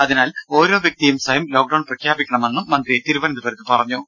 അതിനാൽ ഓരോ വ്യക്തിയും സ്വയം ലോക്ഡൌൺ പ്രഖ്യാപിക്കണമെന്നും മന്ത്രി തിരുവനന്തപുരത്ത് പറഞ്ഞു